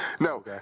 no